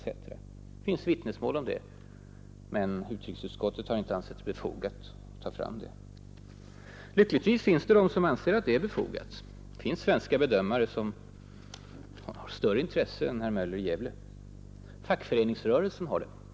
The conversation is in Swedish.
Det finns vittnesmål om detta, men utrikesutskottet har inte ansett det befogat att ta fram sådana. Lyckligtvis finns det de som anser att det är befogat. Det finns svenska bedömare som har större intresse än herr Möller i Gävle.